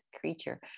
creature